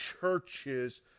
churches